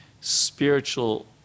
spiritual